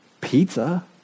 pizza